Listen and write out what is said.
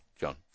John